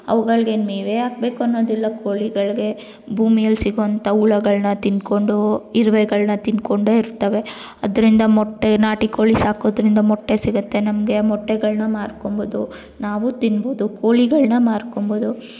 ಅವುಗಳ್ಗೇನು ಮೇವೆ ಹಾಕ್ಬೇಕು ಅನ್ನೋದಿಲ್ಲ ಕೋಳಿಗಳಿಗೆ ಭೂಮಿಯಲ್ ಸಿಗೋವಂಥ ಹುಳಗಳ್ನ ತಿನ್ಕೊಂಡೂ ಇರುವೆಗಳ್ನ ತಿನ್ಕೊಂಡೆ ಇರ್ತವೆ ಅದರಿಂದ ಮೊಟ್ಟೆ ನಾಟಿಕೋಳಿ ಸಾಕೋದರಿಂದ ಮೊಟ್ಟೆ ಸಿಗುತ್ತೆ ನಮಗೆ ಮೊಟ್ಟೆಗಳನ್ನ ಮಾರ್ಕೊಂಬೋದು ನಾವೂ ತಿನ್ಬೋದು ಕೋಳಿಗಳನ್ನ ಮಾರ್ಕೊಂಬೋದು